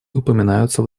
упоминаются